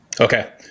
Okay